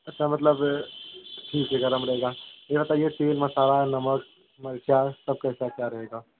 अच्छा मतलब ठीक है गर्म रहेगा ये बताइए तेल मसाला नमक मिर्च सब कैसा क्या रहेगा